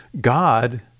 God